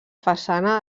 façana